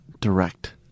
direct